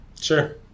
Sure